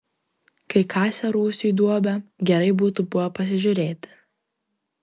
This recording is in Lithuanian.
kai kasė rūsiui duobę gerai būtų buvę pasižiūrėti